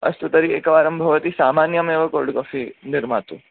अस्तु तर्हि एकवारं भवती सामन्यमेव कोल्ड् काफ़ि निर्मातु